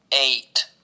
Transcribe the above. eight